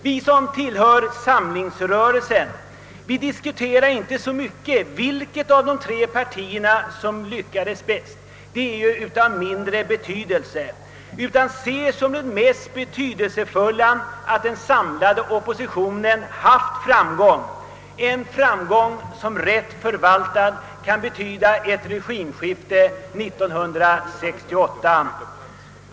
Vi som tillhör samlingsrörelsen diskuterar inte så mycket vilket av de tre partierna som lyckades bäst — det är av mindre betydelse — utan ser som det mest betydelsefulla att den samlade oppositionen haft framgång, en framgång som rätt förvaltad kan betyda ett regimskifte 1968.